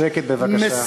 שקט בבקשה.